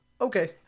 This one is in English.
Okay